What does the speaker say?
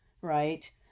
Right